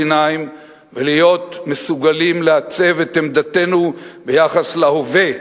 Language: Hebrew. עיניים ולהיות מסוגלים לעצב את עמדתנו ביחס להווה,